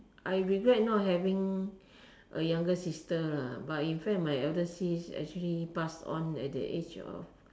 I regret not having a younger sister lah but in fact my elder sis actually passed on at the age of